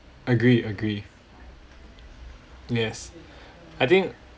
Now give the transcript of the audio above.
agree agree yes I think